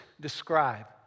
describe